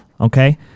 Okay